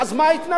אז מה ההתנגדות?